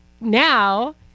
now